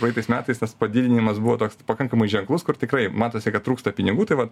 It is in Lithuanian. praeitais metais tas padidinimas buvo toks pakankamai ženklus kur tikrai matosi kad trūksta pinigų tai vat